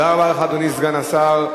תודה רבה לך, אדוני סגן השר.